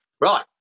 right